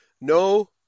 No